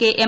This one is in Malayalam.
K M